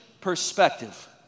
perspective